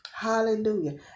Hallelujah